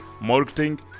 marketing